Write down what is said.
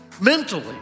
mentally